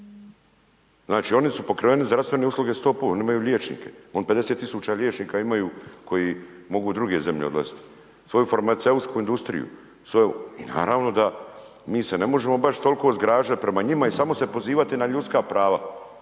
znači oni su pokrenuli zdravstvene usluge, stopu, oni imaju liječnike, oni 50 tisuća liječnika imaju koji mogu u druge zemlje odlaziti, svoju farmaceutsku industriju, svoju, i naravno da mi se ne možemo baš toliko zgražati prema njima i samo se pozivati na ljudska prava,